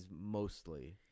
mostly